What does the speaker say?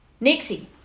Nixie